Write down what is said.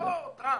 לא טראמפ.